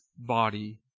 body